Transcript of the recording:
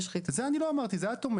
את זה אני לא אמרתי, את אומרת.